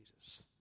Jesus